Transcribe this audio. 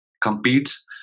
competes